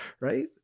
Right